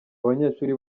abanyeshuri